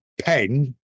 pen